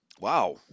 Wow